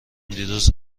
دیروز